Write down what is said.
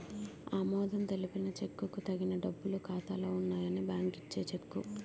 ఆమోదం తెలిపిన చెక్కుకు తగిన డబ్బులు ఖాతాలో ఉన్నాయని బ్యాంకు ఇచ్చే చెక్కు